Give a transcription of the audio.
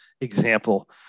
example